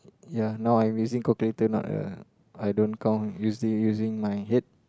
ya now I using calculator not uh I don't count using using my head